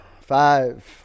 Five